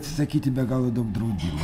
atsisakyti be galo daug draudimų